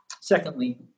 Secondly